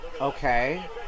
Okay